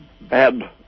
bad